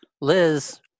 Liz